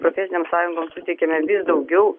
profesinėm sąjungom suteikiame vis daugiau